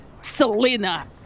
Selena